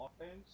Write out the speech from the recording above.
offense